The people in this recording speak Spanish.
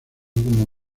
como